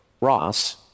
Ross